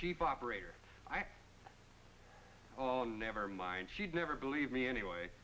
cheap operator i never mind she'd never believe me anyway